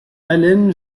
allen